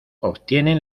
obtienen